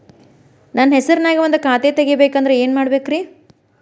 ನನ್ನ ಹೆಸರನ್ಯಾಗ ಒಂದು ಖಾತೆ ತೆಗಿಬೇಕ ಅಂದ್ರ ಏನ್ ಮಾಡಬೇಕ್ರಿ?